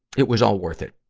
it was all worth it.